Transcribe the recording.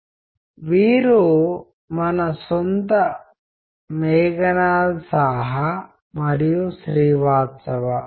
మనము కమ్యూనికేట్ చేసే వివిధ మార్గాలు కమ్యూనికేషన్ ఛానెల్లు ఈ సమయం వరకు మనము విస్తృతంగా చర్చించలేదు